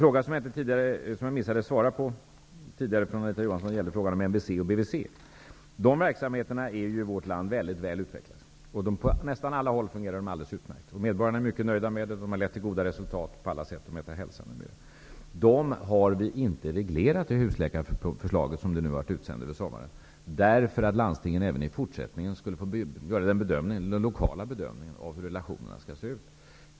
Jag missade tidigare att svara på en fråga från Anita Johanssom om MVC och BVC. De verksamheterna är väl utvecklade i vårt land, och på nästan alla håll fungerar de utmärkt. Medborgarna är mycket nöjda med dem, och de har haft goda resultat. Men i det förslag till husläkarsystem som sändes ut över sommaren fanns inte några regleringar av dessa verksamheter, utan landstingen skall även i fortsättningen få göra en bedömning lokalt av hur relationerna skall se ut.